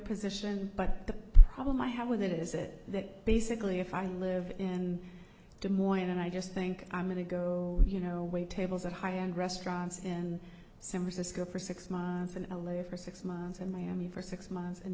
position but the problem i have with it is that basically if i live in des moines and i just think i'm going to go you know wait tables at high end restaurants in similar cisco for six months in a layer for six months in miami for six months in